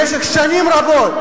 במשך שנים רבות,